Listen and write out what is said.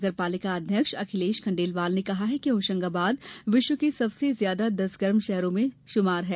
नगर पालिका अध्यक्ष अखिलेश खंडेलवाल ने कहा कि होशंगाबाद विश्व के सबसे ज्यादा दस गर्म नगरों में शुमार है